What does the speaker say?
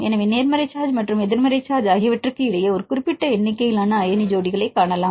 எனவே நேர்மறை சார்ஜ் மற்றும் எதிர்மறை சார்ஜ் ஆகியவற்றுக்கு இடையே ஒரு குறிப்பிட்ட எண்ணிக்கையிலான அயனி ஜோடிகளைக் காணலாம்